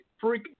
freak